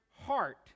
heart